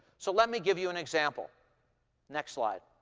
so let me give you an example next slide.